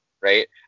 right